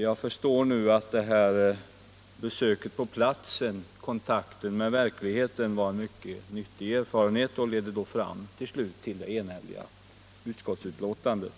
Jag förstår nu att besöket på platsen, kontakten med verkligheten, var en mycket nyttig erfarenhet som till slut ledde fram till det eniga utskottsbetänkandet.